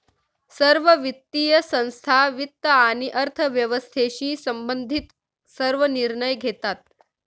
सर्व वित्तीय संस्था वित्त आणि अर्थव्यवस्थेशी संबंधित सर्व निर्णय घेतात